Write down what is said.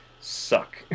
suck